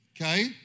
okay